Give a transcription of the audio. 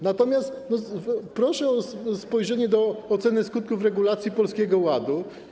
Natomiast proszę o spojrzenie na ocenę skutków regulacji Polskiego Ładu.